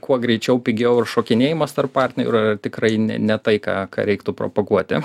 kuo greičiau pigiau ir šokinėjimas tarp partnerių yra tikrai ne ne tai ką ką reiktų propaguoti